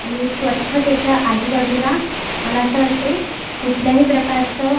आणि स्वच्छतेच्या आजूबाजूला मला असं वाटते कुठल्याही प्रकारचं